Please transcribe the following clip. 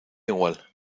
igual